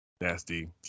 Nasty